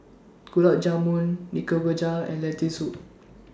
Gulab Jamun Nikujaga and Lentil Soup